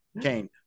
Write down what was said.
Kane